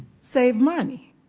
save money?